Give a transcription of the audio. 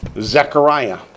Zechariah